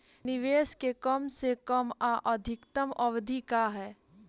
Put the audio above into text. निवेश के कम से कम आ अधिकतम अवधि का है?